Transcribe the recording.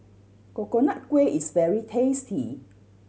Coconut Kuih is very tasty